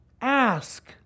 Ask